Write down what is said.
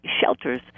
shelters